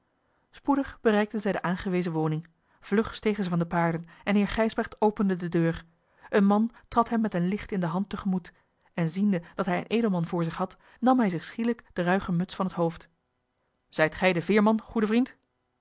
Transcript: spoedig bereikten zij de aangewezen woning vlug stegen zij van de paarden en heer gijsbrecht opende de deur een man trad hem met een licht in de hand tegemoet en ziende dat hij een edelman voor zich had nam hij zich schielijk de ruige muts van het hoofd zijt gij de veerman goede vriend